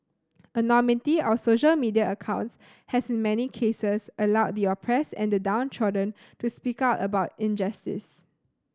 anonymity of social media accounts has in many cases allowed the oppressed and the downtrodden to speak out about injustice